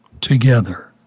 together